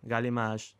galima aš